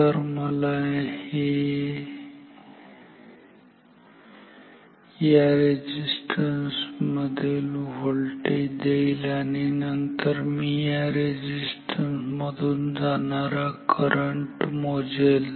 तर हे मला या रेझिस्टन्स मधील व्होल्टेज देईल आणि नंतर मी या रेझिस्टन्स मधून जाणारा करंट मोजेल